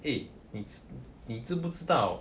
eh 你知不知道